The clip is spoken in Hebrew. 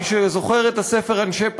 מי שזוכר את הספר "אנשי פאנפילוב"